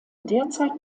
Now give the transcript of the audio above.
derzeit